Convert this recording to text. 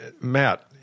Matt